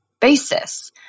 basis